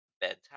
bedtime